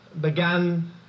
began